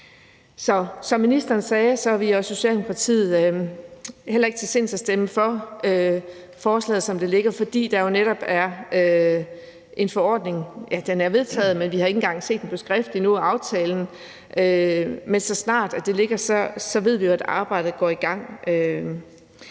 som ministeren sagde, er vi i Socialdemokratiet heller ikke til sinds at stemme for forslaget, som det ligger, fordi der jo netop er en forordning, som er vedtaget, men som vi ikke engang har set på skrift endnu. Men så snart det foreligger, ved vi jo at arbejdet går i gang.